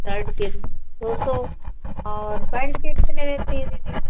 shirt के दो सौ और पैंट के कितने लेती है दीदी